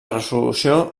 resolució